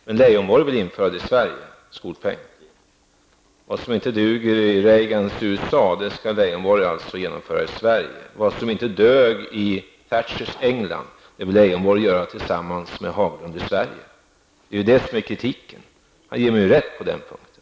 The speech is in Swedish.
Men Lars Leijonborg vill införa skolpeng i Sverige. Vad som inte duger i Reagans USA, det skall Lars Leijonborg alltså genomföra i Sverige. Och vad som inte dög i Thatchers England, det vill Lars Leijonborg åstadkomma tillsammans med Ann Cathrine Haglund i Sverige. Det är ju det som kritiken gäller. Lars Leijonborg ger mig alltså rätt på den punkten.